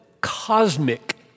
cosmic